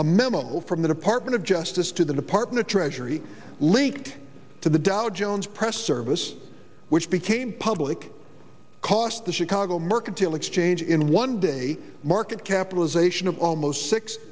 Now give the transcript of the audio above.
a memo from the department of justice to the department of treasury linked to the dow jones press service which became public cost the chicago mercantile exchange in one day market capitalization of almost six